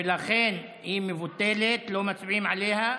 לכן היא מבוטלת, לא מצביעים עליה.